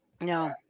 no